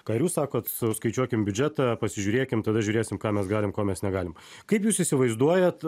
ką ir jūs sakot suskaičiuokim biudžetą pasižiūrėkim tada žiūrėsim ką mes galim ko mes negalim kaip jūs įsivaizduojat